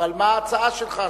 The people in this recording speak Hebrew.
אבל מה תהיה ההצעה שלך?